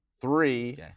three